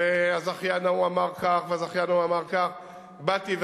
אז האנשים האלה נהיים באמת חולים סוכרתיים.